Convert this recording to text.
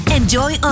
Enjoy